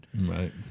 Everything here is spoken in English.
Right